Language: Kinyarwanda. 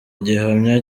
gihamya